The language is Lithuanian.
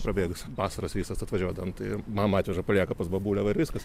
prabėgus vasaros visos atvažiuodavom tai mama atveža palieka pas bobulę va ir viskas